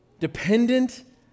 dependent